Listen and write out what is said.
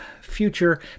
future